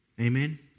Amen